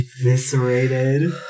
Eviscerated